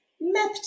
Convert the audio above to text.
map